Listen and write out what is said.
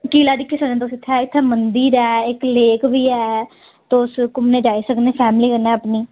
किला दिक्खी सकने तुस इत्थै इत्थै मन्दिर ऐ इक लेक बी ऐ तुस घूमने ई जाई सकने फैमिली कन्नै अपनी